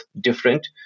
different